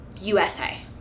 USA